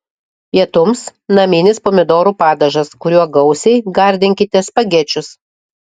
pietums naminis pomidorų padažas kuriuo gausiai gardinkite spagečius